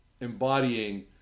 embodying